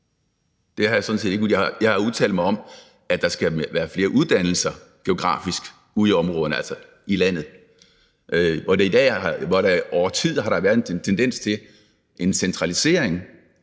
Det har jeg sådan set ikke. Jeg har udtalt mig om, at der skal være flere uddannelser geografisk ude i områderne, altså i landet. Over tid har der været en tendens til en centralisering,